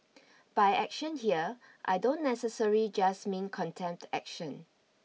by action here I don't necessarily just mean contempt action